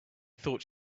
thought